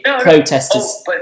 protesters